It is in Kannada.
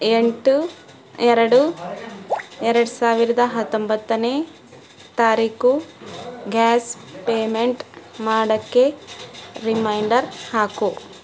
ಎಂಟು ಎರಡು ಎರಡು ಸಾವಿರದ ಹತ್ತೊಂಬತ್ತನೇ ತಾರೀಕು ಗ್ಯಾಸ್ ಪೇಮೆಂಟ್ ಮಾಡೋಕ್ಕೆ ರಿಮೈಂಡರ್ ಹಾಕು